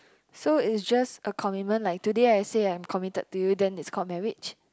so is just a commitment like today I say I'm committed to you then it's called marriage